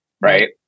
Right